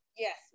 Yes